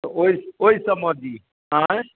तऽ ओहि ओहि सभमे दी आइ